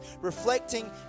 reflecting